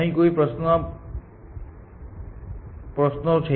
અહીં કોઈ પ્રશ્નો છે